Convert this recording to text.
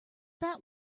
that